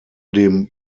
dem